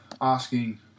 asking